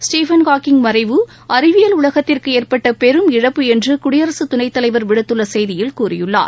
Stephen Hawking மறைவு அறிவியல் உலகத்திற்கு ஏற்பட்ட பெரும் இழப்புஎன்று குடியரசுத் துணைத் தலைவர் விடுத்துள்ள செய்தியில் கூறியுள்ளார்